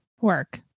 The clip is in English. work